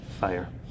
fire